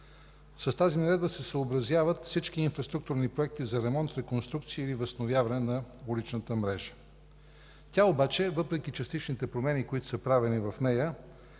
С тази наредба се съобразяват всички инфраструктурни проекти за ремонт, реконструкция или възстановяване на уличната мрежа. Тя обаче въпреки частичните промени, които са правени в нея,